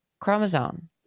chromosome